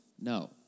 No